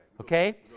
Okay